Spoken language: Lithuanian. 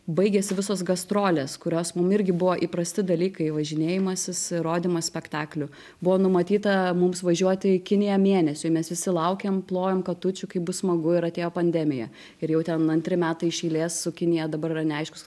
baigėsi visos gastrolės kurios mum irgi buvo įprasti dalykai važinėjimasis ir rodymas spektaklių buvo numatyta mums važiuoti į kiniją mėnesiui mes visi laukėm plojom katučių kaip bus smagu ir atėjo pandemija ir jau ten antri metai iš eilės su kinija dabar yra neaiškūs